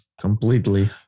Completely